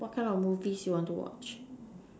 what kind of movies you want to watch